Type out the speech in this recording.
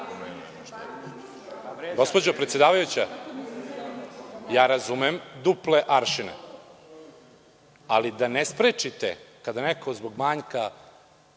Gospođo predsedavajuća, ja razumem duple aršine, ali da ne sprečite kada neko zbog manjka